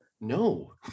No